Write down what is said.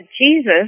Jesus